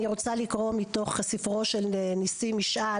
אני רוצה לקרוא מתוך ספרו של ניסים משעל